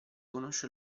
conosce